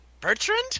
Bertrand